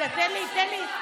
תן לה עוד דקה.